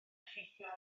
effeithio